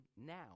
now